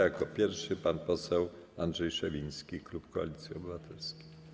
Jako pierwszy pan poseł Andrzej Szewiński, klub Koalicji Obywatelskiej.